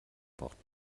braucht